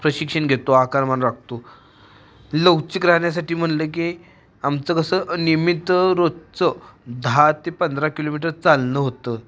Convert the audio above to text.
प्रशिक्षण घेतो आकारमान राखतो लवचिक राहण्यासाठी म्हटलं की आमचं कसं नियमित रोजचं दहा ते पंधरा किलोमीटर चालणं होतं